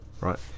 Right